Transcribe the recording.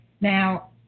now